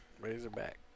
Razorback